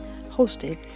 hosted